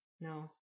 No